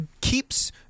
keeps